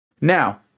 Now